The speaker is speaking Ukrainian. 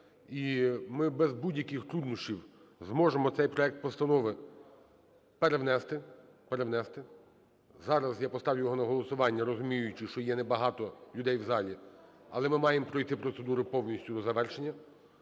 і ми без будь-яких труднощів зможемо цей проект постанови перенести. Зараз я його поставлю на голосування, розуміючи, що є не багато людей в залі, але ми маємо пройти процедуру повністю до завершення,